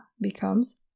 becomes